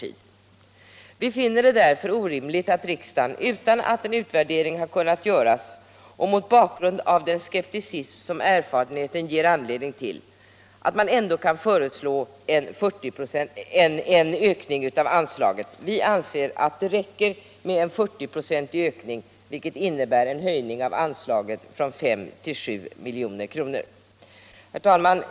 Vi finner det orimligt att riksdagen utan att en värdering har kunnat göras och mot bakgrund av den skepticism som erfarenheten ger anledning till ändå kan föreslå en sådan ökning av anslaget. Vi anser att det räcker med en 40-procentig ökning, vilket innebär en höjning av anslaget från 5 milj.kr. till 7 milj.kr. Herr talman!